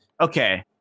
okay